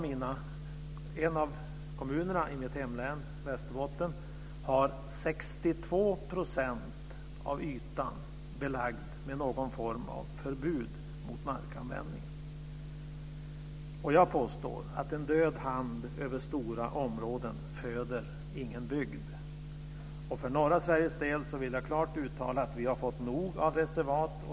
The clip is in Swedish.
I en av kommunerna i mitt hemlän Västerbotten är 62 % av ytan belagd med någon form av förbud mot markanvändning. Jag påstår att en död hand över stora områden inte föder någon bygd. För norra Sveriges del vill jag klart uttala att vi har fått nog av reservat.